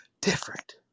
different